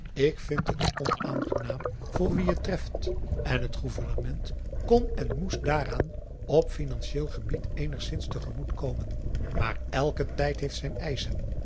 ik vind het onaangenaam voor wien het treft en t gouvernement kon en moest daaraan op finantiëel gebied eenigszins te gemoet komen maar elke tijd heeft zijn eischen